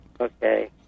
Okay